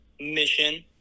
mission